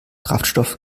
kraftstoff